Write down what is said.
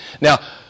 Now